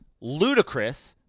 ludicrous